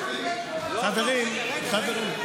שמחה, תמשיך עד שתראה את שרן בלבד.